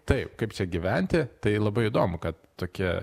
taip kaip čia gyventi tai labai įdomu kad tokie